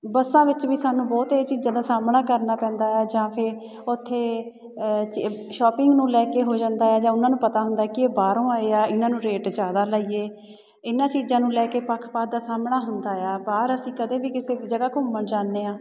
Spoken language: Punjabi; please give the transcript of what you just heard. ਬੱਸਾਂ ਵਿੱਚ ਵੀ ਸਾਨੂੰ ਬਹੁਤ ਇਹ ਚੀਜ਼ਾਂ ਦਾ ਸਾਹਮਣਾ ਕਰਨਾ ਪੈਂਦਾ ਹੈ ਜਾਂ ਫਿਰ ਉੱਥੇ ਸ਼ੋਪਿੰਗ ਨੂੰ ਲੈ ਕੇ ਹੋ ਜਾਂਦਾ ਆ ਜਾਂ ਉਹਨਾਂ ਨੂੰ ਪਤਾ ਹੁੰਦਾ ਕਿ ਇਹ ਬਾਹਰੋਂ ਆਏ ਆ ਇਹਨਾਂ ਨੂੰ ਰੇਟ ਜ਼ਿਆਦਾ ਲਾਈਏ ਇਹਨਾਂ ਚੀਜਾਂ ਨੂੰ ਲੈ ਕੇ ਪੱਖਪਾਤ ਦਾ ਸਾਹਮਣਾ ਹੁੰਦਾ ਆ ਬਾਹਰ ਅਸੀਂ ਕਦੇ ਵੀ ਕਿਸੇ ਜਗ੍ਹਾ ਘੁੰਮਣ ਜਾਣੇ ਆ